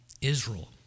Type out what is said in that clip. Israel